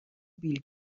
بیل